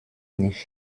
nicht